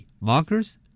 Markers